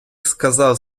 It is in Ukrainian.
сказав